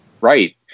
Right